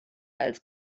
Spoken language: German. als